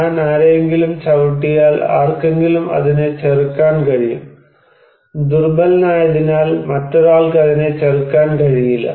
ഞാൻ ആരെയെങ്കിലും ചവിട്ടിയാൽ ആർക്കെങ്കിലും അതിനെ ചെറുക്കാൻ കഴിയും ദുർബലനായതിനാൽ മറ്റൊരാൾക്ക് അതിനെ ചെറുക്കാൻ കഴിയില്ല